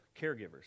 caregivers